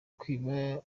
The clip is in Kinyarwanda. kwiba